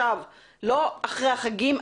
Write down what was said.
לא אחרי החגים,